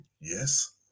Yes